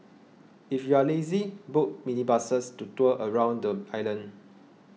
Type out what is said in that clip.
if you are lazy book minibuses to tour around the island